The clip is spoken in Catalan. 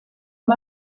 amb